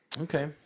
Okay